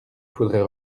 faudrait